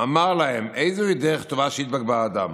"אמר להם, איזוהי דרך ישרה שידבק בה האדם?